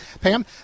pam